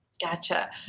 Gotcha